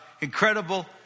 incredible